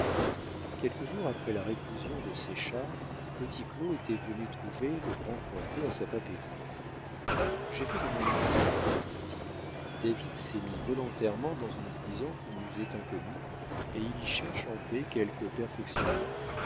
quelques jours après la réclusion de séchard petit claud était venu trouver le grand cointet à sa papeterie j'ai fait de mon mieux lui dit-il david s'est mis volontairement dans une prison qui nous est inconnue et il y cherche en paix quelque perfectionnement